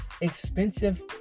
expensive